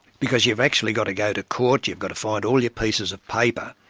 because you've actually got to go to court, you've got to find all your pieces of paper,